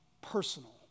personal